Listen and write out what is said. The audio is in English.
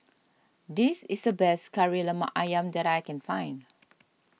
this is the best Kari Lemak Ayam that I can find